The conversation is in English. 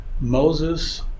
Moses